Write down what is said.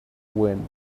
wind